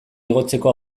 igotzeko